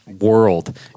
world